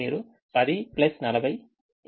మీరు 10 40 50 ను చూడండి